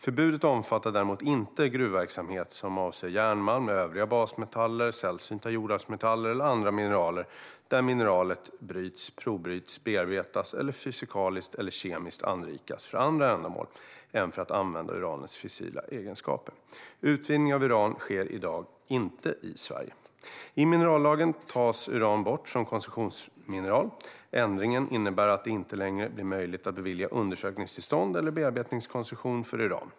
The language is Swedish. Förbudet omfattar däremot inte gruvverksamhet som avser järnmalm, övriga basmetaller, sällsynta jordartsmetaller eller andra mineraler där mineralet bryts, provbryts, bearbetas eller fysikaliskt eller kemiskt anrikas för andra ändamål än för att använda uranets fissila egenskaper. Utvinning av uran sker i dag inte i Sverige. I minerallagen tas uran bort som koncessionsmineral. Ändringen innebär att det inte längre blir möjligt att bevilja undersökningstillstånd eller bearbetningskoncession för uran.